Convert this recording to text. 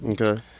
Okay